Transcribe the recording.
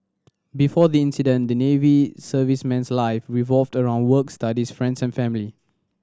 before the incident the Navy serviceman's life revolved around work studies friends and family